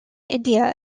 india